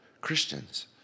Christians